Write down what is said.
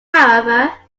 however